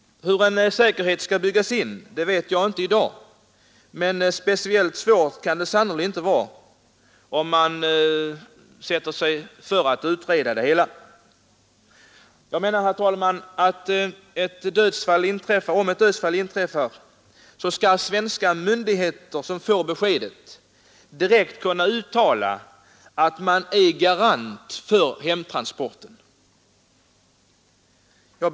Hur en säkerhet skall byggas in i sådana här fall vet jag inte i dag, men speciellt svårt kan det väl inte vara om man sätter sig före att utreda hela frågan. Jag menar att om ett dödsfall inträffar skall svenska myndigheter som får beskedet direkt kunna förklara att man ställer sig som garant för hemtransporten. Herr talman!